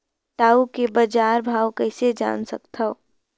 टाऊ के बजार भाव कइसे जान सकथव?